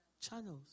channels